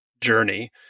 journey